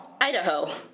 Idaho